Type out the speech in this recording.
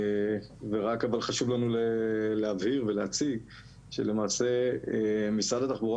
אבל חשוב לנו להבהיר ולהציג שלמעשה משרד התחבורה